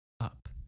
up